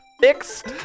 fixed